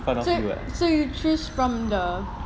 so so you choose from the